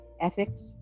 ethics